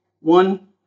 one